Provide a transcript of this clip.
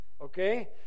okay